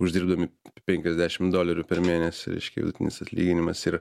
uždirbdami penkiasdešimt dolerių per mėnesį reiškia vidutinis atlyginimas ir